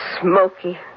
smoky